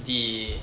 the